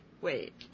wait